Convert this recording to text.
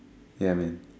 ya man